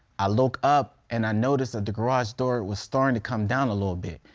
i look up and i notice that the garage door was starting to come down a little bit.